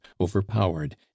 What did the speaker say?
overpowered